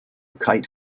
kite